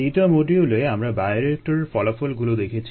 দ্বিতীয় মডিউলে আমরা বায়োরিয়েক্টরের ফলাফলগুলো দেখেছি